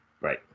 right